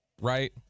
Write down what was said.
right